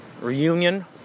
reunion